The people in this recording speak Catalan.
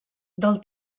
del